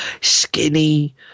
skinny